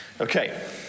Okay